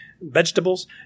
vegetables